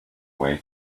away